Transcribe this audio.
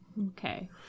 okay